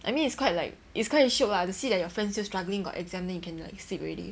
I mean it's quite like it's quite shiok lah to see that your friend still struggling got exam then you can like sleep already